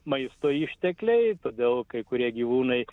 maisto ištekliai todėl kai kurie gyvūnai